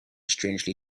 strangely